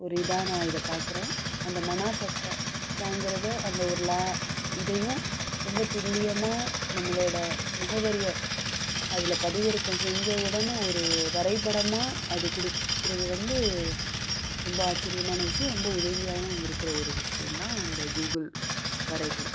ஒரு இதாக நான் இதை பார்க்குறேன் அந்த மனைப்பட்ட வாங்கிறத அந்த ஒரு ல இதையும் ரொம்ப துல்லியமாக நம்மளோடய முகவரியை அதில் பதிவிறக்கம் செஞ்சவுடனே ஒரு வரைப்படமாக அது கொடுக்கறது வந்து ரொம்ப ஆச்சிரியமான விஷயோம் ரொம்ப உதவியாகவும் இருக்கிற ஒரு விஷயோம் தான் அந்த கூகுள் வரைப்படம்